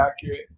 accurate